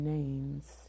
Names